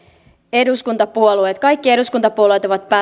eduskuntapuolueet kaikki eduskuntapuolueet ovat